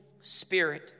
Spirit